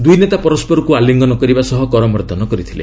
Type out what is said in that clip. ଦ୍ରଇନେତା ପରସ୍କରକ୍ ଆଲିଙ୍ଗନ କରିବା ସହ କରମର୍ଦ୍ଦନ କରିଥିଲେ